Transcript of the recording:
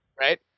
Right